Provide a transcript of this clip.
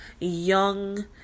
young